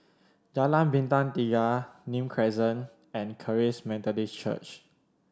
Jalan Bintang Tiga Nim Crescent and Charis Methodist Church